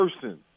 person